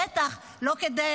בטח לא כדי